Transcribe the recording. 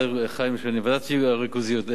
חיים שני, ועדת, הריכוזיות.